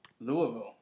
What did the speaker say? Louisville